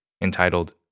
entitled